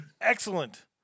Excellent